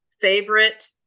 Favorite